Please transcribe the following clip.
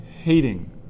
hating